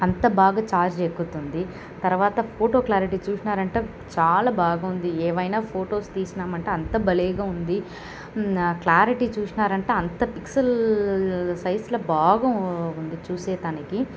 అంత బాగా చార్జ్ ఎక్కుతుంది తర్వాత ఫోటో క్లారిటీ చూసినారంటే చాలా బాగుంది ఏవైనా ఫోటోస్ తీసినామంటే అంత భలేగా ఉంది క్లారిటీ చూసినారంటే అంత పిక్సల్ సైస్లో బాగా ఉంది చూసేదానికి